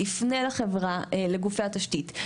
יפנה לגופי התשתית,